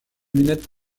lunettes